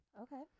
Okay